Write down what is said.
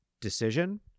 decision